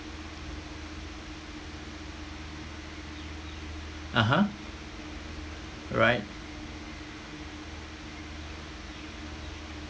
(uh huh) right